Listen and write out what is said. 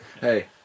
Hey